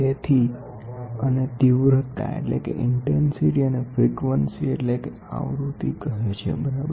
તેથી અને તીવ્રતા અને આવૃતિ કહે છેબરાબર